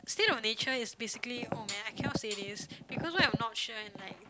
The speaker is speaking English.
state of nature is basically oh man I cannot say this because what if I'm not sure and like